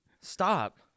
Stop